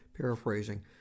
paraphrasing